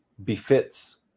befits